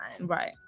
right